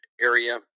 area